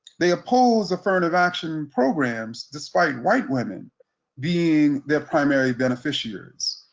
they oppose affirmative action programs, despite white women being their primary beneficiaries.